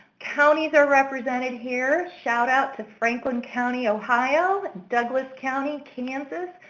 counties are represented here. shout out to franklin county, ohio, douglas county, kansas.